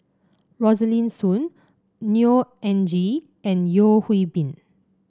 Rosaline Soon Neo Anngee and Yeo Hwee Bin